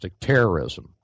terrorism